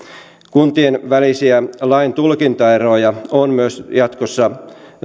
kuntien välisiä laintulkintaeroja on myös jatkossa